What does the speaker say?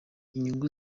inyungu